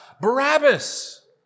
Barabbas